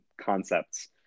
concepts